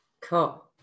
Cool